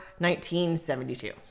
1972